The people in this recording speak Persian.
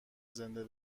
زنده